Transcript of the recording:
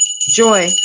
joy